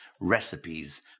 recipes